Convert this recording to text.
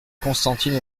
constantine